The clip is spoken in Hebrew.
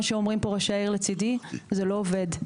שאומרים פה ראש עיר לצידי זה לא עובד,